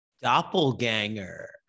Doppelganger